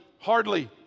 hardly